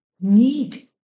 need